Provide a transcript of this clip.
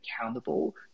accountable